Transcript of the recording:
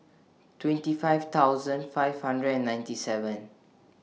twenty five thousand five hundred and ninety seven